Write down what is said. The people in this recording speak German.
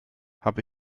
habe